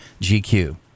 gq